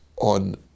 on